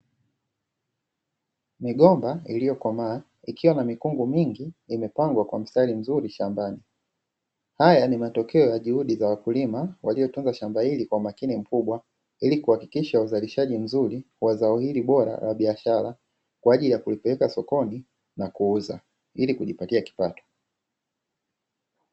Migomba iliyokomaa ikiwa na mikungu mingi imepangwa kwa mistari mzuri shambani. Haya ni matokeo ya juhudi za wakulima waliotunza shamba hili kwa umakini mkubwa ili kuhakikisha uzalishaji mzuri wa zao hili bora la biashara, kwa ajili ya kulipeleka sokoni na kuuza, ili kujipatia kipato.